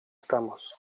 estamos